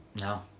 No